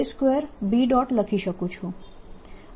લખી શકું છું